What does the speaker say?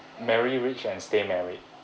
marry rich and stay married